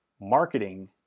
marketing